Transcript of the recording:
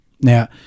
Now